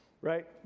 right